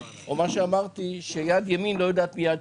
או מה שאמרתי - שיד ימין לא יודעת מיד שמאל.